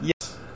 yes